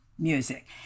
music